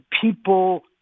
people